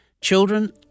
Children